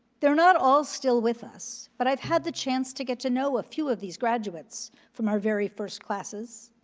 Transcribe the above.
they're not all still with us, but i've had the chance to get to know a few of these graduates from our very first classes,